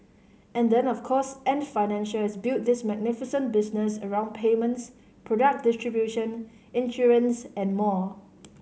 and then of course Ant Financial has built this magnificent business around payments product distribution insurance and more